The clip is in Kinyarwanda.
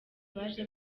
baje